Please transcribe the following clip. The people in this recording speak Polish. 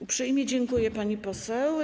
Uprzejmie dziękuję, pani poseł.